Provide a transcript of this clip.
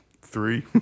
Three